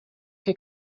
que